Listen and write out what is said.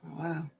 wow